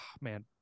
man